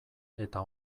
eta